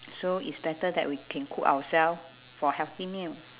so is better that we can cook ourselves for healthy meal